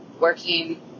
working